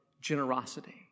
generosity